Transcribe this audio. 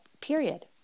period